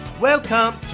Welcome